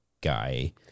guy